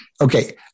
Okay